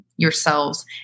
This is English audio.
Yourselves